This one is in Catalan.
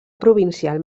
provincial